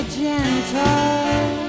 gentle